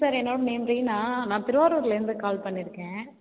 sir என்னோடய name Reena நான் திருவாரூர்லேருந்து கால் பண்ணியிருக்கேன்